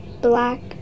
black